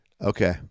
Okay